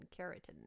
keratin